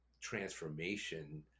transformation